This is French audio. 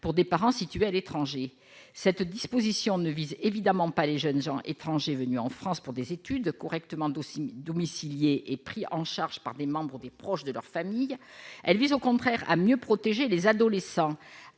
pour des parents située à l'étranger, cette disposition ne vise évidemment pas les jeunes gens étrangers venus en France pour des études correctement d'aussi domicilié et pris en charge par des membres ou des proches de leur famille, elle vise au contraire à mieux protéger les adolescents